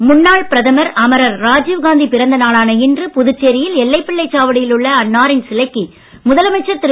ராஜீவ் புதுச்சேரி முன்னாள் பிரதமர் அமரர் ராஜீவ் காந்தி பிறந்தநாளான இன்று புதுச்சேரியில் எல்லைப் பிள்ளைச் சாவடியில் உள்ள அன்னாரின் சிலைக்கு முதலமைச்சர் திரு